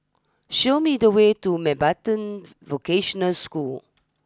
show me the way to Mountbatten Vocational School